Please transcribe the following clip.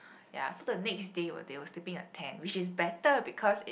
ya so the next day they were sleeping in the tent which is better because it's